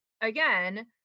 again